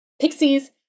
pixies